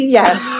yes